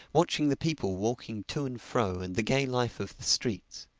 watching the people walking to and fro and the gay life of the streets.